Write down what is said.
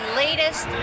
latest